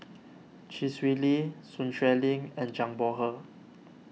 Chee Swee Lee Sun Xueling and Zhang Bohe